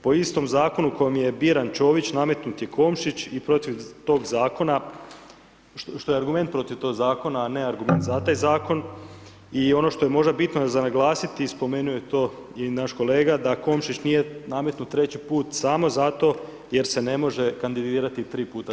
Po istom zakonu kojim je biran Čović nametnu je Komšić i protiv tog zakona, što je argument protiv tog zakona a ne argument za taj zakon i ono što je možda bitno naglasiti, spomenuo je to i naš kolega, da Komšić nije nametnut treći put samo zato jer se ne može kandidirati tri puta za redom.